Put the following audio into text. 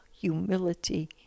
humility